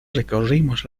recorrimos